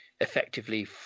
Effectively